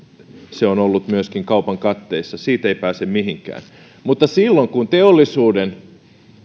se on ollut myöskin kaupan katteissa siitä ei pääse mihinkään mutta silloin kun teollisuuden